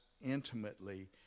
intimately